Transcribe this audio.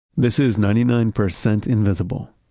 this is ninety nine percent invisible.